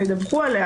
הם ידווחו עליה,